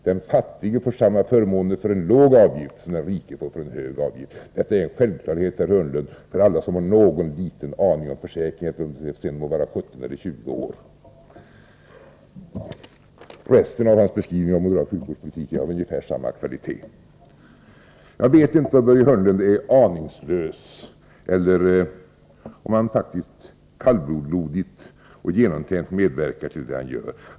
Den fattige får samma förmåner för en låg avgift som den rike för en hög. Det är en självklarhet, Börje Hörnlund, för alla som har en aning om försäkringar — det må sedan röra sig om 17 eller 20 år. Resten av Börje Hörnlunds beskrivning av moderat sjukvårdspolitik är av ungefär samma kvalitet. Jag vet inte om Börje Hörnlund är aningslös eller om han faktiskt kallblodigt och genomtänkt medverkar till vad han gör.